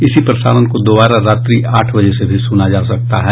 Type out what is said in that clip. इसी प्रसारण को दोबारा रात्रि आठ बजे से भी सुना जा सकता है